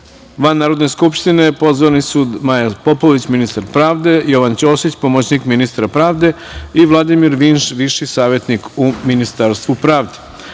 van Narodne skupštine pozvani su Maja Popović, ministar pravde, Jovan Ćosić, pomoćnik ministra pravde i Vladimir Vinš, viši savetnik u Ministarstvu pravde. Želim